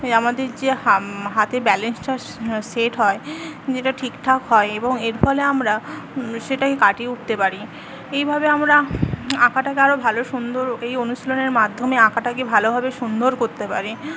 আমাদের যে হাতে ব্যালেন্সটা সে সেট হয় যেটা ঠিকঠাক হয় এবং এর ফলে আমরা সেটাই কাটিয়ে উঠতে পারি এইভাবে আমরা আঁকাটাকে আরো ভালো সুন্দর এই অনুশীলনের মাধ্যমে আঁকাটাকে ভালোভাবে সুন্দর করতে পারি